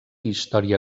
història